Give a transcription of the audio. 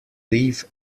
leave